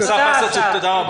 אסף ורסצוג, תודה.